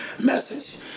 Message